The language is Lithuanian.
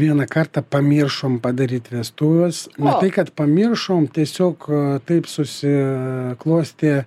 vieną kartą pamiršom padaryt vestuves ne tai kad pamiršom tiesiog taip susiklostė